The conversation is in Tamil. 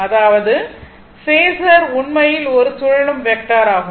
அதாவது பேஸர் உண்மையில் ஒரு சுழலும் வெக்டர் ஆகும்